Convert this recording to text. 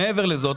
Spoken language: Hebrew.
מעבר לזאת,